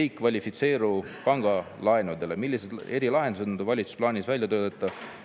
ei kvalifitseeru need pangalaenudele. Millised erilahendused on valitsusel plaanis välja töötada